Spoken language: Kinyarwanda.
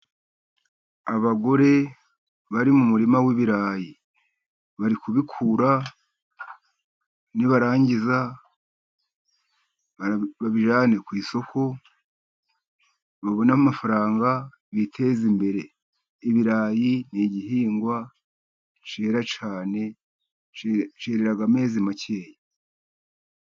Abagore bari mu murima w'ibirayi, bari kubikura nibarangiza babijyane ku isoko, babone amafaranga, biteza imbere, ibirayi ni igihingwa cyera cyane, cyerera amezi makeya.